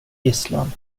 gisslan